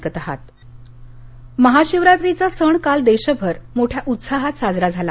महाशिवरात्र महाशिवरात्रीचा सण काल देशभर मोठ्या उत्साहात साजरा झाला